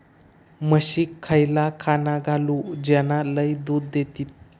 म्हशीक खयला खाणा घालू ज्याना लय दूध देतीत?